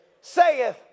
saith